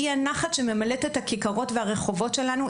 אי הנחת שממלאת את הכיכרות והרחובות שלנו,